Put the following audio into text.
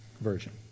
Version